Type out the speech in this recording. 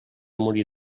morir